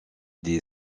des